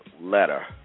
Letter